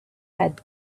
had